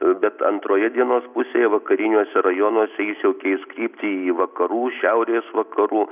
bet antroje dienos pusėje vakariniuose rajonuose jis jau keis kryptį į vakarų šiaurės vakarų